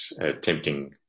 attempting